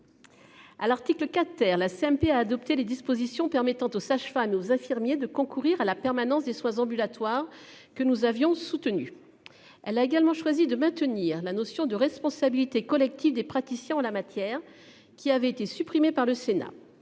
À l'article 4 terre la CMP a adopté les dispositions permettant aux sages-femmes et aux infirmiers de concourir à la permanence des soins ambulatoires que nous avions soutenue. Elle a également choisi de maintenir la notion de responsabilité collective des praticiens en la matière qui avait été supprimé par le Sénat.